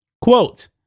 Quote